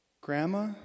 Grandma